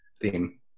theme